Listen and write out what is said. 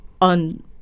on